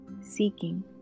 seeking